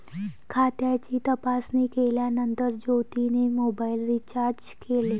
खात्याची तपासणी केल्यानंतर ज्योतीने मोबाइल रीचार्ज केले